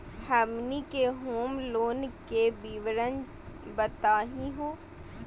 हमनी के home loan के विवरण बताही हो?